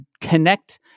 connect